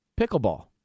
pickleball